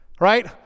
Right